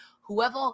whoever